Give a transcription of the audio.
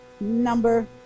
number